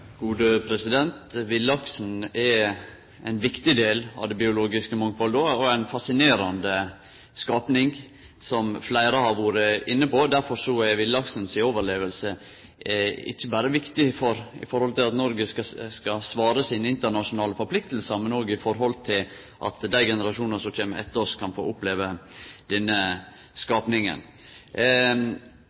ein viktig del av det biologiske mangfaldet og er ein fascinerande skapning, som fleire har vore inne på. Derfor er villaksen si overleving ikkje berre viktig for at Noreg skal kunne ta i vare sine internasjonale plikter, men òg for at dei generasjonane som kjem etter oss, kan få oppleve denne